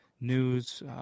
news